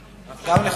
אדוני?